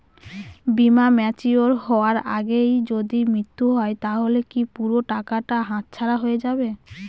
বীমা ম্যাচিওর হয়ার আগেই যদি মৃত্যু হয় তাহলে কি পুরো টাকাটা হাতছাড়া হয়ে যাবে?